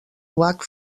bach